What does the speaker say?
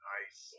Nice